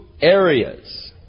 areas